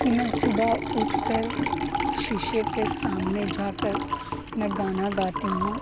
کہ میں صبح اٹھ کر شیشے کے سامنے جا کر میں گانا گاتی ہوں